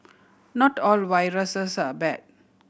not all viruses are bad